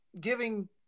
giving